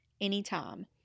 anytime